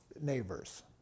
neighbors